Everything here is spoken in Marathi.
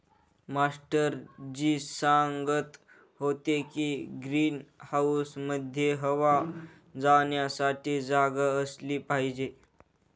मास्टर जी सांगत होते की ग्रीन हाऊसमध्ये हवा जाण्यासाठी जागा असली पाहिजे